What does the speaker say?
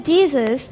Jesus